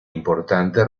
importante